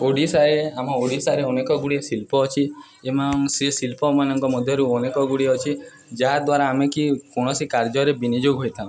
ଓଡ଼ିଶାରେ ଆମ ଓଡ଼ିଶାରେ ଅନେକ ଗୁଡ଼ିଏ ଶିଳ୍ପ ଅଛି ଏବଂ ସେ ଶିଳ୍ପମାନଙ୍କ ମଧ୍ୟରୁ ଅନେକ ଗୁଡ଼ିଏ ଅଛି ଯାହାଦ୍ୱାରା ଆମେ କି କୌଣସି କାର୍ଯ୍ୟରେ ବିନିଯୋଗ ହୋଇଥାଉ